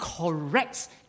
corrects